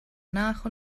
nach